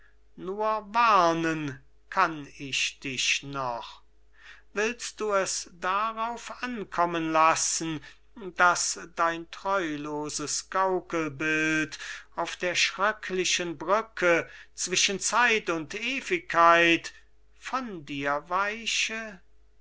luise luise nur warnen kann ich dich noch willst du es darauf ankommen lassen daß dein treuloses gaukelbild auf der schrecklichen brücke zwischen zeit und ewigkeit von dir weiche